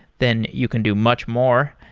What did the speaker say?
then you can do much more.